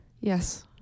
Yes